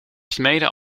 smeden